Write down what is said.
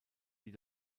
die